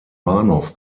bahnhof